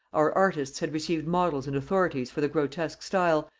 our artists had received models and authorities for the grotesque style,